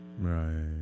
Right